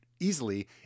easily